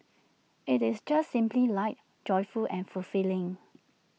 IT is just simply light joyful and fulfilling